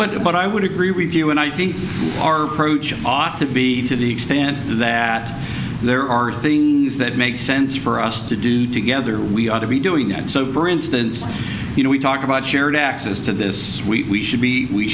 about i would agree with you and i think our approach ought to be to the extent that there are things that make sense for us to do together we ought to be doing that so for instance you know we talk about shared access to this we should be we